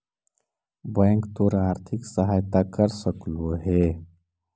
bank तोर आर्थिक सहायता कर सकलो हे